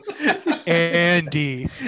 Andy